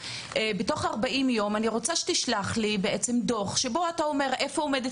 שתשלח לי תוך 40 יום דוח שבו אתה אומר איפה עומדת